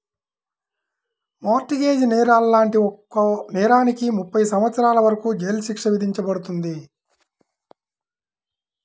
mart gauge నేరాలు లాంటి ఒక్కో నేరానికి ముప్పై సంవత్సరాల వరకు జైలు శిక్ష విధించబడుతుంది